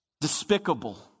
despicable